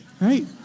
Right